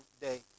day